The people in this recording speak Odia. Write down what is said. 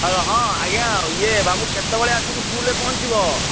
ହଁ ହଁ ଆଜ୍ଞା ଇଏ ବାବୁ କେତେବେଳେ ଆସିକି ସ୍କୁଲରେ ପହଞ୍ଚିବ